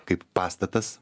kaip pastatas